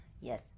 Yes